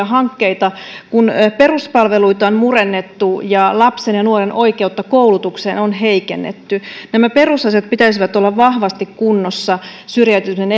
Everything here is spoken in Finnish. hankkeita kun peruspalveluita on murennettu ja lapsen ja nuoren oikeutta koulutukseen on heikennetty näiden perusasioiden pitäisi olla vahvasti kunnossa syrjäytymisen